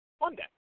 Monday